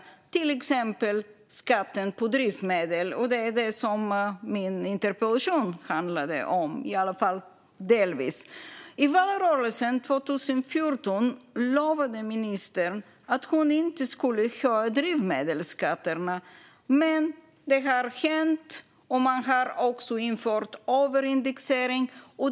Ett exempel är skatten på drivmedel, som min interpellation i alla fall delvis handlar om. I valrörelsen 2014 lovade ministern att hon inte skulle höja drivmedelsskatterna. Men det har hänt. Man har också infört överindexering.